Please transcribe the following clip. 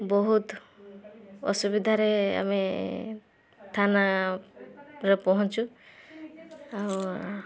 ବହୁତ ଅସୁବିଧାରେ ଆମେ ଥାନାରେ ପହଞ୍ଚୁ ଆଉ